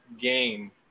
game